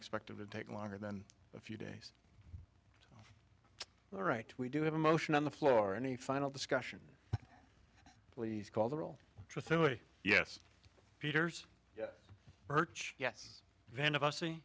expect it to take longer than a few days all right we do have a motion on the floor any final discussion please call the roll yes peter's church yes van if i see